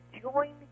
join